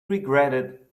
regretted